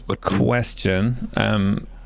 question